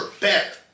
better